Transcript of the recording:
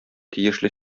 тиешле